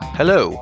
Hello